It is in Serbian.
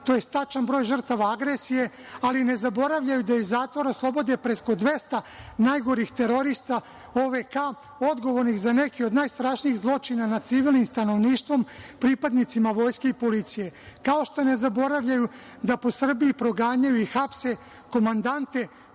tj. tačan broj žrtava NATO agresije, ali ne zaboravljaju da iz zatvora oslobode preko 200 najgorih terorista OVK odgovornih za neke od najstrašnijih zločina nad civilnim stanovništvom, pripadnicima Vojske i policije, kao što ne zaboravljaju da po Srbiji proganjaju i hapse komandante